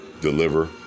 deliver